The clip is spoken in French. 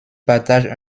partage